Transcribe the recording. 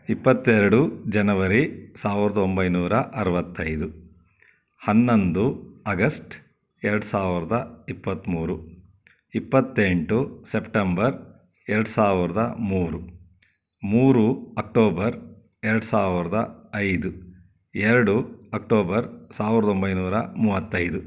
ಇಪ್ಪತ್ತೆರಡು ಜನವರಿ ಸಾವಿರದ ಒಂಬೈನೂರ ಅರುವತ್ತೈದು ಹನ್ನೊಂದು ಅಗಸ್ಟ್ ಎರಡು ಸಾವಿರದ ಇಪ್ಪತ್ಮೂರು ಇಪ್ಪತ್ತೆಂಟು ಸೆಪ್ಟಂಬರ್ ಎರಡು ಸಾವಿರದ ಮೂರು ಮೂರು ಅಕ್ಟೋಬರ್ ಎರಡು ಸಾವಿರದ ಐದು ಎರಡು ಅಕ್ಟೋಬರ್ ಸಾವಿರದ ಒಂಬೈನೂರ ಮೂವತ್ತೈದು